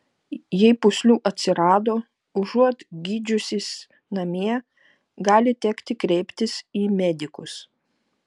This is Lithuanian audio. jei pūslių atsirado užuot gydžiusis namie gali tekti kreiptis į medikus